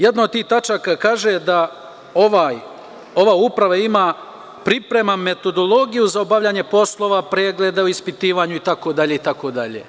Jedna od tih tačaka kaže da ova uprava priprema metodologiju za obavljanje poslova, pregleda o ispitivanju, itd, itd.